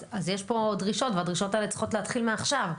אז יש פה דרישות והדרישות האלה צריכות להתחיל מעכשיו.